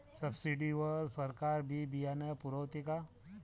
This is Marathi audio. सब्सिडी वर सरकार बी बियानं पुरवते का?